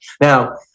Now